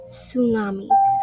tsunamis